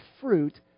fruit